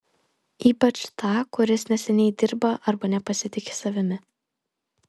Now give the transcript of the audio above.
ypač tą kuris neseniai dirba arba nepasitiki savimi